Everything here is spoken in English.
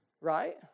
Right